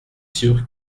sûr